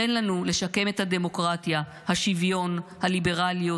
תן לנו לשקם את הדמוקרטיה, השוויון, הליברליות.